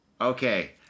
Okay